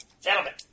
gentlemen